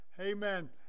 Amen